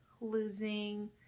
losing